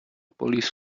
police